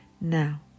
Now